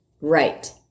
Right